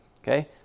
Okay